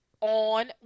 on